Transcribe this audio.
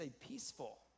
peaceful